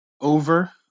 over